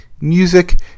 music